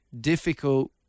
difficult